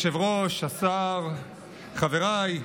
אדוני היושב-ראש, השר, חבריי,